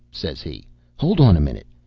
says he hold on a minute!